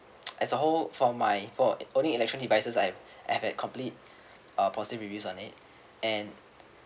as a whole for my for only electric devices I have I have complete uh positive reviews on it and